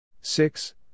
Six